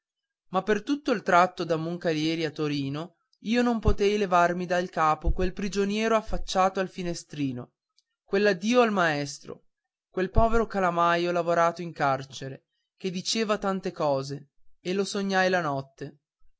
ma per tutto il tragitto da moncalieri a torino io non potei più levarmi dal capo quel prigionero affacciato al finestrino quell'addio al maestro quel povero calamaio lavorato in carcere che diceva tante cose e lo sognai la notte